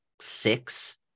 six